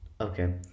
Okay